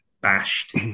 bashed